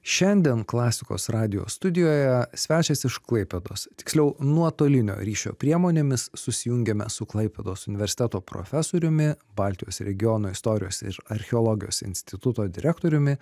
šiandien klasikos radijo studijoje svečias iš klaipėdos tiksliau nuotolinio ryšio priemonėmis susijungiame su klaipėdos universiteto profesoriumi baltijos regiono istorijos ir archeologijos instituto direktoriumi